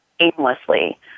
aimlessly